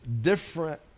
different